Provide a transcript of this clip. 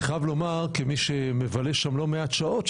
כמי שמבלה שם לא מעט שעות,